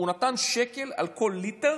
הוא נתן שקל על כל ליטר.